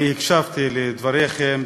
אני הקשבתי לדבריכם,